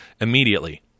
immediately